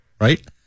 right